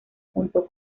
junto